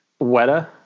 Weta